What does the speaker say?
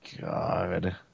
God